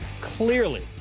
clearly